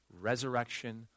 resurrection